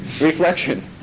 reflection